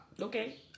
Okay